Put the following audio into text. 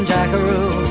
Jackaroo